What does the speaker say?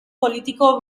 politiko